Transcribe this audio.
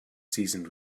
seasoned